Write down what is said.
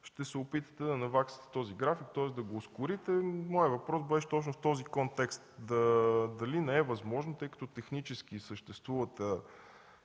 ще се опитате да наваксате този график, тоест да го ускорите. Моят въпрос беше точно в този контекст: дали не е възможно, тъй като технически съществува